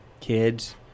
kids